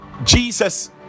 jesus